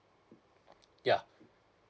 ya